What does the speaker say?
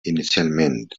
inicialment